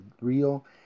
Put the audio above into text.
real